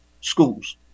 schools